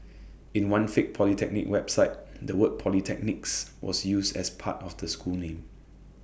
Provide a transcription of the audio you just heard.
in one fake polytechnic website the word polytechnics was used as part of the school name